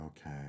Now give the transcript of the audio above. Okay